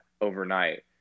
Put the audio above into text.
overnight